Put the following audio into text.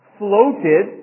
floated